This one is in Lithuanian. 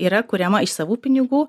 yra kuriama iš savų pinigų